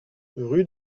rue